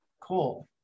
Cool